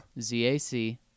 Z-A-C